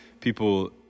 people